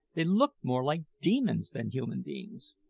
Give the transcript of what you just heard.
they looked more like demons than human beings.